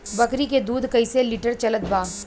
बकरी के दूध कइसे लिटर चलत बा?